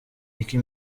nicki